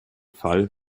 fall